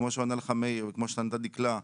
כמו שענה לך מאיר וכמו שענתה דקלה.